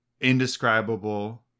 indescribable